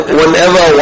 whenever